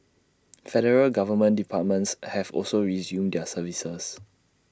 federal government departments have also resumed their services